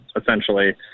essentially